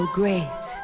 great